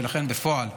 ולכן בפועל,